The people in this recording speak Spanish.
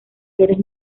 flores